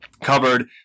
covered